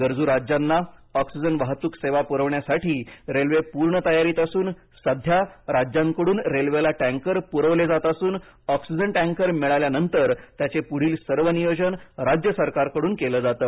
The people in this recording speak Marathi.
गरजू राज्यांना ऑक्सिजन वाहतूक सेवा पुरविण्यासाठी रेल्वे पूर्ण तयारीत असून सध्या राज्यांकडून रेल्वेला टँकर पुरवले जात असून ऑक्सिजन टँकर मिळाल्यानंतर त्याचे पुढील सर्व नियोजन राज्य सरकारांकडून केलं जातं